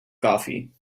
coffee